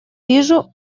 вижу